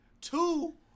two